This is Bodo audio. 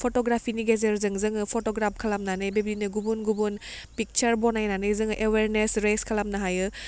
फट'ग्राफिनि गेजेरजों जोङो फट'ग्राफ खालामनानै बेनिनो गुबुन गुबुन पिकसार बनायनानै जोङो एवारनेस रेइस खालामनो हायो